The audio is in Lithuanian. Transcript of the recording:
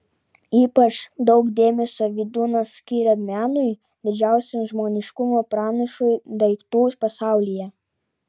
ypač daug dėmesio vydūnas skiria menui didžiausiam žmoniškumo pranašui daiktų pasaulyje